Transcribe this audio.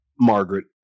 Margaret